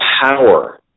power